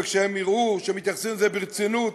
וכשהם יראו שמתייחסים לזה ברצינות,